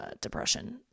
depression